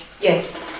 Yes